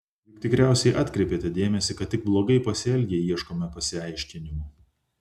juk tikriausiai atkreipėte dėmesį kad tik blogai pasielgę ieškome pasiaiškinimų